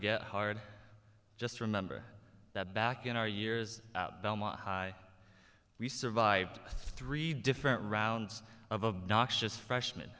get hard just remember that back in our years out belmont high we survived three different rounds of a noxious freshm